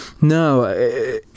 No